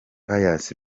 pius